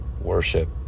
worship